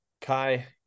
Kai